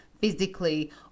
physically